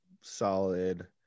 solid